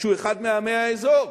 שהוא אחד מעמי האזור,